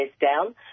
down